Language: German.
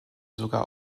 sogar